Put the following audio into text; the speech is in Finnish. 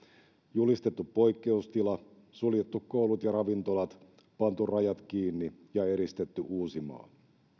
julistettu poikkeustila suljettu koulut ja ravintolat pantu rajat kiinni ja eristetty uusimaa